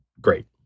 great